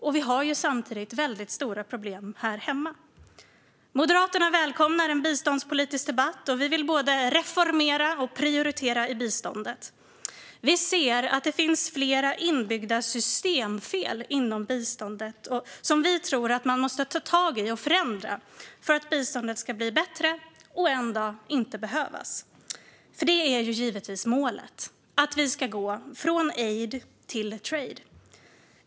Och vi har ju samtidigt väldigt stora problem här hemma. Moderaterna välkomnar en biståndspolitisk debatt, och vi vill både reformera och prioritera i biståndet. Vi ser att det finns flera inbyggda systemfel inom biståndet som vi tror att man måste ta tag i och förändra för att biståndet ska bli bättre och för att det en dag inte ska behövas. För det är ju givetvis detta som är målet, att vi ska gå från aid till trade.